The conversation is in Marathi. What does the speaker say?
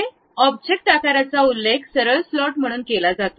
तेथे ऑब्जेक्ट आकाराचा उल्लेख सरळ स्लॉट म्हणून केला जातो